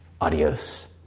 Adios